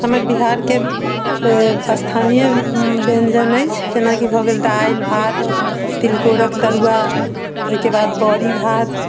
हमर बिहार के स्थानीय ब्यञ्जन अछि जेनाकि भऽ गेल दालि भात तिलकोरक तरुआ ओहिके बाद बड़ी भात